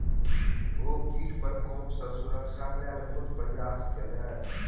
ओ कीट प्रकोप सॅ सुरक्षाक लेल बहुत प्रयास केलैन